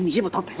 yeah able to